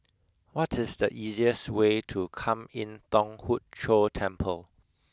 what is the easiest way to Kwan Im Thong Hood Cho Temple